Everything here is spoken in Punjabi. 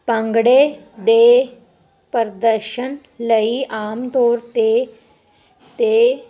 ਭੰਗੜੇ ਦੇ ਪ੍ਰਦਰਸ਼ਨ ਲਈ ਆਮ ਤੌਰ 'ਤੇ 'ਤੇ